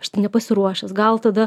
aš tai nepasiruošęs gal tada